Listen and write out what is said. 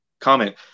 comment